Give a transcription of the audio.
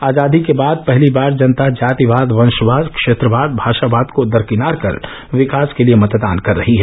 आजादी के बाद पहली बार जनता जातिवाद वंषवाद क्षेत्रवाद भाशावाद को दरकिनार कर विकास के लिये मतदान कर रही है